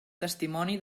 testimoni